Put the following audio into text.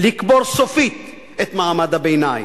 לקבור סופית את מעמד הביניים.